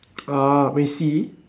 uh Macy